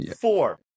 Four